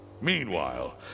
Meanwhile